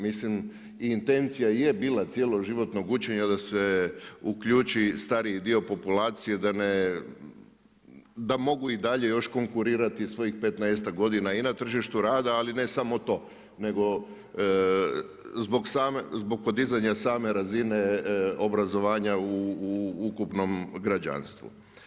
Mislim i intencija je bila cjeloživotnog učenja da se uključi stariji dio populacije da mogu i dalje još konkurirati svojih 15-ak godina i na tržištu rada ali ne samo to nego zbog podizanja same razine obrazovanja u ukupnom građanstvu.